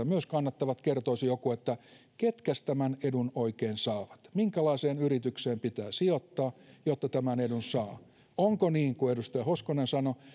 myös kannattavat joku kertoisi että ketkäs tämän edun oikein saavat minkälaiseen yritykseen pitää sijoittaa jotta tämän edun saa onko niin kuin edustaja hoskonen sanoi